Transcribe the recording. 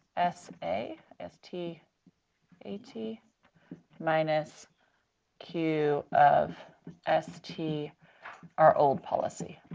s a s t a t minus q of s t our old policy.